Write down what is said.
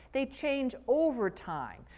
they change over time.